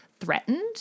threatened